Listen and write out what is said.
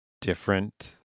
different